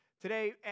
Today